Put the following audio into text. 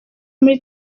muri